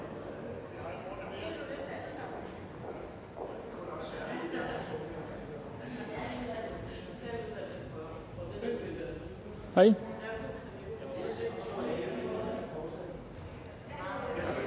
Hvad er det,